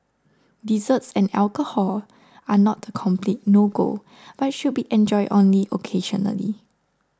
desserts and alcohol are not a complete no go but should be enjoyed only occasionally